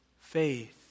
faith